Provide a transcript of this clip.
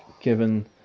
given